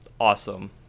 Awesome